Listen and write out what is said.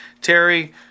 Terry